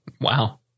wow